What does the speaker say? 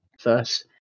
first